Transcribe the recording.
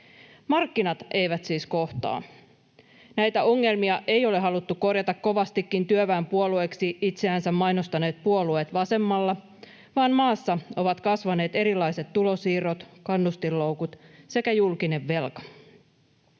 Markkinat eivät siis kohtaa. Näitä ongelmia eivät ole halunneet korjata kovastikin työväenpuolueeksi itseänsä mainostaneet puolueet vasemmalla, vaan maassa ovat kasvaneet erilaiset tulonsiirrot, kannustinloukut sekä julkinen velka.